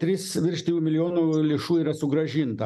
trys virš trijų milijonų lėšų yra sugrąžinta